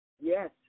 yes